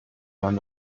man